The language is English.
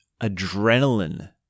adrenaline